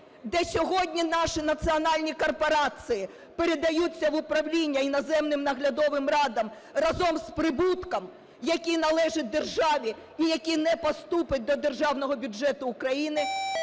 де сьогодні наші національні корпорації передаються в управління іноземним наглядовим радам разом з прибутком, який належить державі і який не поступить до Державного бюджету України.